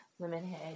Lemonhead